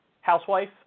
housewife